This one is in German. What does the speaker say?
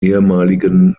ehemaligen